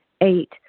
eight